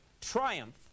Triumph